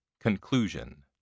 Conclusion